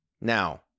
Now